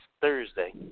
Thursday